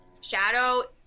Shadow